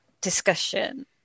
discussion